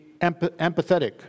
empathetic